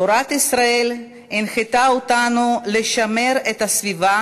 תורת ישראל הנחתה אותנו לשמר את הסביבה